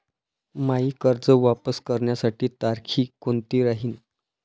मायी कर्ज वापस करण्याची तारखी कोनती राहीन?